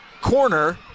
corner